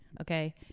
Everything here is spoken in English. Okay